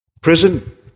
prison